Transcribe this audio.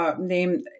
named